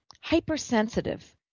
hypersensitive